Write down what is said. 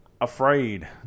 afraid